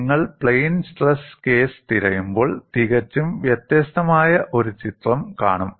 നിങ്ങൾ plain stress case തിരയുമ്പോൾ തികച്ചും വ്യത്യസ്തമായ ഒരു ചിത്രം കാണും